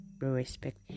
respect